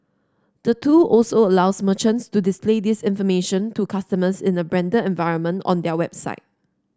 the tool also allows merchants to display this information to customers in the branded environment on their own website